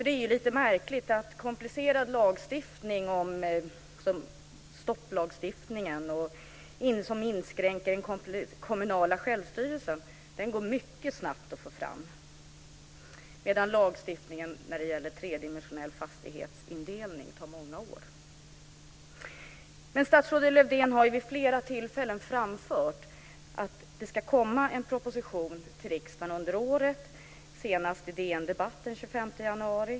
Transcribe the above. Det är lite märkligt att komplicerad lagstiftning som stopplagstiftningen, som inskränker den kommunala självstyrelsen, går mycket snabbt att få fram, medan lagstiftningen när det gäller tredimensionell fastighetsindelning tar många år att få fram. Statsrådet Lövdén har vid flera tillfällen framfört att det ska komma en proposition till riksdagen under året, senast i DN Debatt den 25 januari.